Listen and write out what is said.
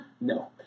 No